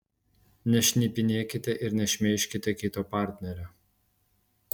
nešnipinėkite ir nešmeižkite kito partnerio